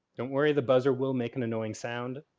don't worry the buzzer will make an annoying sound,